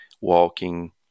walking